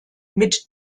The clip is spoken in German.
mit